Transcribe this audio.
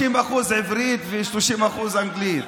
היום בקושי 50% עברית ו-30% אנגלית.